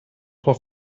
vor